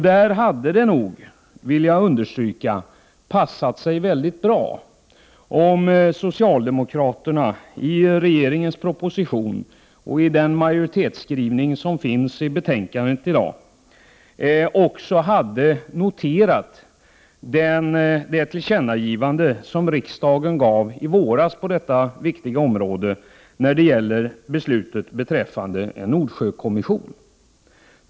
Där hade det nog passat väldigt bra, om socialdemokraterna i regeringens proposition och i den majoritetsskrivning som finns i betänkandet i dag också hade noterat det tillkännagivande som riksdagen gjorde i våras när det gäller beslutet beträffande Nordsjökommission.